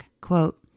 quote